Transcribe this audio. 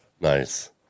Nice